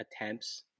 attempts